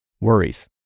worries